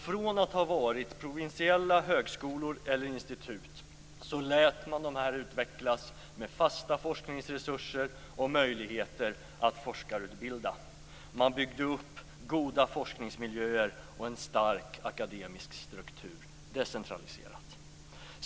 Från att ha varit provinsiella högskolor eller institut lät man dessa utvecklas med fasta forskningsresurser och möjligheter att forskarutbilda. Man byggde upp goda forskningsmiljöer och en stark akademisk struktur decentraliserat.